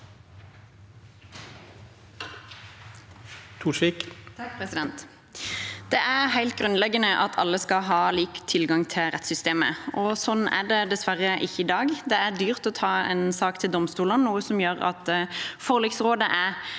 Det er helt grunnleggende at alle skal ha lik tilgang til rettssystemet, og slik er det dessverre ikke i dag. Det er dyrt å ta en sak til domstolene, noe som gjør at forliksrådet er